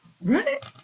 Right